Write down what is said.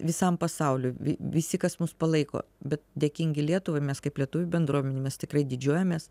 visam pasauliui visi kas mus palaiko bet dėkingi lietuvai mes kaip lietuvių bendruomenė mes tikrai didžiuojamės